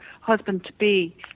husband-to-be